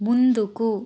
ముందుకు